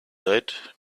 that